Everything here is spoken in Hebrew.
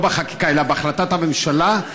לא בחקיקה אלא בהחלטת הממשלה,